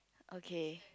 okay